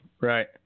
right